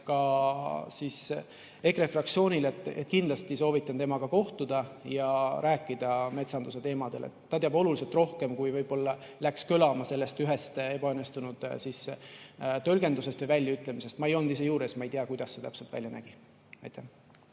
ka EKRE fraktsioonile on, et kindlasti soovitan temaga kohtuda ja rääkida metsanduse teemadel. Ta teab oluliselt rohkem, kui võib-olla läks kõlama sellest ühest ebaõnnestunud tõlgendusest või väljaütlemisest. Ma ei olnud ise juures, ma ei tea, kuidas see täpselt välja nägi. Aitäh!